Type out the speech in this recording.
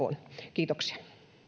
kiitoksia